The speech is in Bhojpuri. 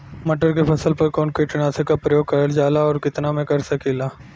मटर के फसल पर कवन कीटनाशक क प्रयोग करल जाला और कितना में कर सकीला?